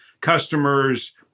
customers